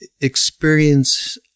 experience